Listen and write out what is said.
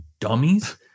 dummies